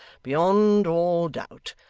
beyond all doubt.